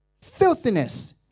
filthiness